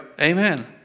Amen